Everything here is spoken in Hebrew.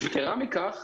יתרה מכך,